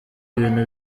ibintu